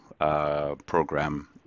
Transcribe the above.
program